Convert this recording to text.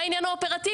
ינון, בבקשה.